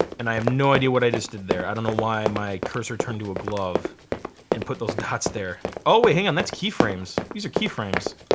and i have no idea what i just did there. i don't know why my cursor turned to a glove and put those dots there. oh wait hang on that's key frames. these are key frames.